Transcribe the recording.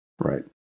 Right